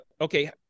okay